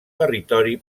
territori